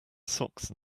socks